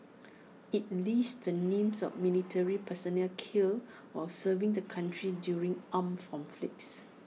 IT lists the names of military personnel killed while serving the country during armed conflicts